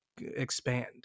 expand